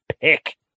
pick